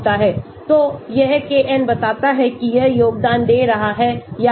तो यह kn बताता है कि यह योगदान दे रहा है या नहीं